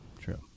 True